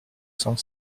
cent